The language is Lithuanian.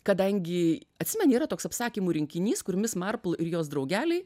kadangi atsimeni yra toks apsakymų rinkinys kur mis marpl ir jos draugeliai